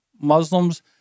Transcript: Muslims